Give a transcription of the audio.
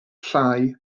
llai